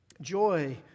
joy